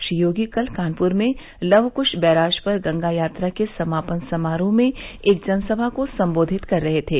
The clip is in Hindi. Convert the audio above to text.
श्री योगी कल कानपुर में लव कृश बैराज पर गंगा यात्रा के समापन समारोह में एक जनसभा को संबोधित कर रहे थे